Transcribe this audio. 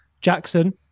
Jackson